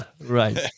Right